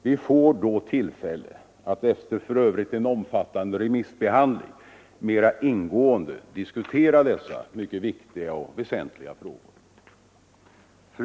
Vi får alltså tillfälle — för övrigt efter en omfattande remissbehandling — att mera ingående diskutera dessa mycket väsentliga frågor.